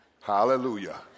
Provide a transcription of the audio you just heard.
Hallelujah